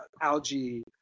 algae